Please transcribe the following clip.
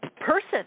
person